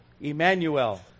Emmanuel